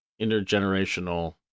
intergenerational